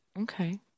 okay